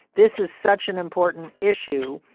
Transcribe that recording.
this is such an important issue.